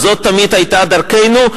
זאת תמיד היתה דרכנו,